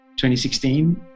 2016